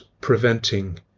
preventing